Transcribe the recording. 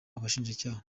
abashinjacyaha